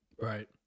right